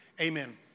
amen